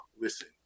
Listen